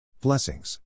Blessings